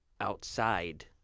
outside